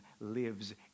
lives